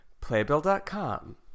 playbill.com